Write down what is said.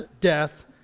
death